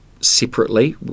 Separately